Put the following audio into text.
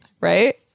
Right